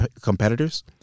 competitors